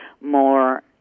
more